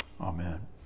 Amen